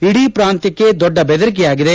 ಇಡೀ ಪ್ರಾಂತ್ಯಕ್ಕೆ ದೊಡ್ಡ ಬೆದರಿಕೆಯಾಗಿದೆ